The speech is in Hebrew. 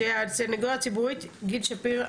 הסנגוריה הציבורית, גיל שפירא,